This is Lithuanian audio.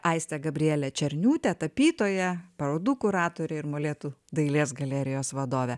aistė gabrielė černiūtė tapytoja parodų kuratorė ir molėtų dailės galerijos vadovė